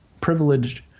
privileged